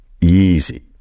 easy